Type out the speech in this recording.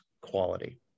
quality